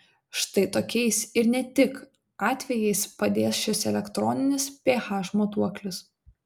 štai tokiais ir ne tik atvejais padės šis elektroninis ph matuoklis